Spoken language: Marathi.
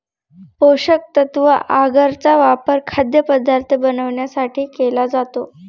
पोषकतत्व आगर चा वापर खाद्यपदार्थ बनवण्यासाठी केला जातो